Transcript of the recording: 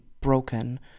broken